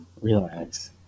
Relax